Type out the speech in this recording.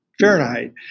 Fahrenheit